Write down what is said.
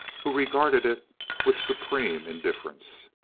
who regarded it with supreme indifference.